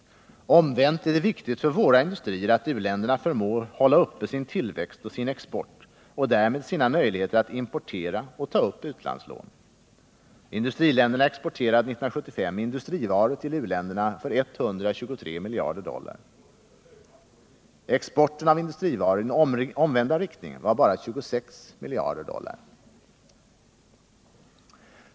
Omvänt är det viktigt för våra industrier att u-länderna förmår hålla uppe sin tillväxt och sin export och därmed sina möjligheter att importera och ta upp utlandslån. Industriländerna exporterade 1975 industrivaror till uländerna för 123 miljarder dollar. Exporten av industrivaror i den omvända riktningen var bara 26 miljarder dollar.